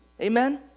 Amen